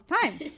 time